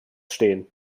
stehen